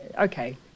okay